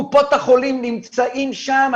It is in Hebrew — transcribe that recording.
קופות החולים נמצאים שם,